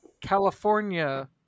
California